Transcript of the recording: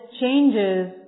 changes